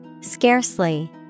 Scarcely